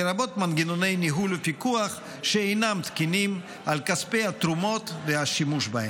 לרבות מנגנוני ניהול ופיקוח שאינם תקינים של כספי התרומות והשימוש בהם.